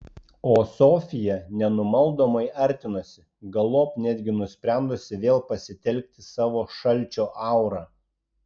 o sofija nenumaldomai artinosi galop netgi nusprendusi vėl pasitelkti savo šalčio aurą